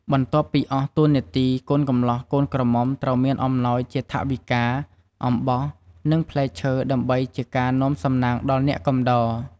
បន្ទាប់ពីអស់តួនាទីកូនកម្លោះកូនក្រមុំត្រូវមានអំណោយជាថវិកា អំបោះ និងផ្លែឈើ ដើម្បីជាការនាំសំណាងដល់អ្នកកំដរ។